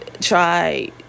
Try